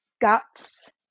guts